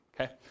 okay